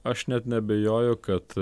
aš net neabejoju kad